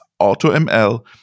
AutoML